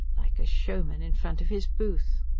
like a showman in front of his booth!